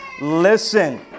listen